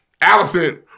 Allison